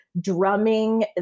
drumming